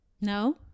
No